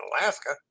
Alaska